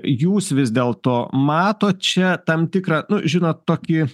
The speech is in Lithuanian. jūs vis dėlto matot čia tam tikrą nu žinot tokį